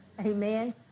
Amen